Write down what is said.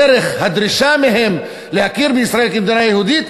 דרך הדרישה מהם להכיר בישראל כמדינה יהודית,